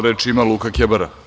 Reč ima Luka Kebara.